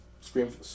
Scream